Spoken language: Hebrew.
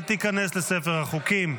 ותיכנס לספר החוקים.